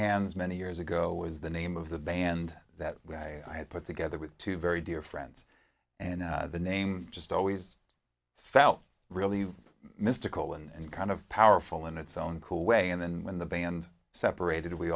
hands many years ago was the name of the band that i put together with two very dear friends and the name just always felt really mystical and kind of powerful in its own cool way and then when the band separated we